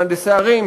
מהנדסי ערים,